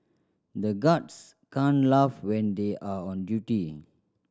the guards can't laugh when they are on duty